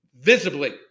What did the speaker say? visibly